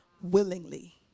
willingly